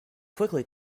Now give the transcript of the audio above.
quickly